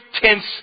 tense